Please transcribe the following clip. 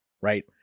right